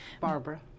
Barbara